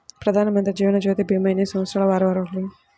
ప్రధానమంత్రి జీవనజ్యోతి భీమా ఎన్ని సంవత్సరాల వారు అర్హులు?